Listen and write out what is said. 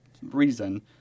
reason